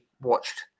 watched